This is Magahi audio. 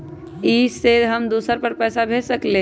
इ सेऐ हम दुसर पर पैसा भेज सकील?